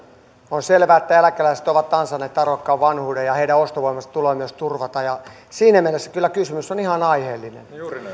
on selvää että eläkeläiset ovat ansainneet arvokkaan vanhuuden ja heidän ostovoimansa tulee myös turvata ja siinä mielessä kysymys kyllä on ihan aiheellinen